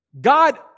God